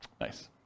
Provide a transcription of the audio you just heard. Nice